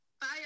bye